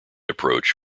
approach